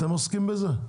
אתם עוסקים בזה?